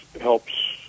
helps